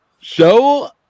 Show